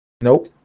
Nope